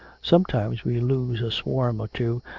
sometimes we lose a swarm or two,